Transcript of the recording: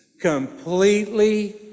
completely